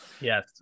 yes